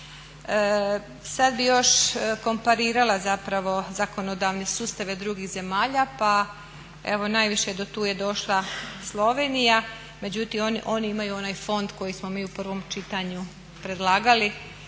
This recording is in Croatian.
Sad bih još komparirala zapravo zakonodavne sustave drugih zemalja pa evo najviše do tu je došla Slovenija, međutim oni imaju onaj fond koji smo mi u prvom čitanju predlagali.